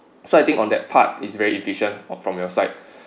so I think on that part is very efficient of from your side